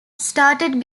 started